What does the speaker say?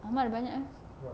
ahmad ada banyak eh